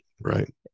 right